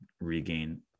regain